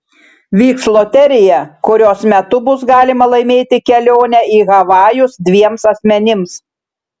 vyks loterija kurios metu bus galima laimėti kelionę į havajus dviems asmenims